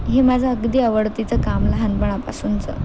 ही माझं अगदी आवडतीचं काम लहानपणापासूनचं